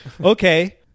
Okay